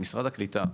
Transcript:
משרד הקליטה,